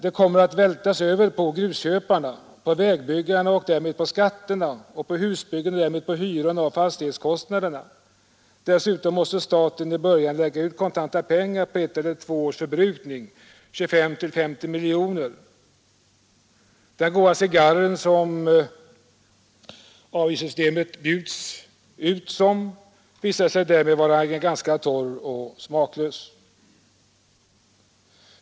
De kommer att vältras över på grusköparna, på vägbyggarna och därmed på skatterna, på husbyggen och därmed på hyrorna och fastighetskostnaderna. Dessutom måste staten i början lägga ut kontanta pengar för ett eller två års förbrukning, 25 till 50 miljoner. Den goda cigarr som avgiftssystemet bjuds ut som visar sig därmed ganska torr och smaklös.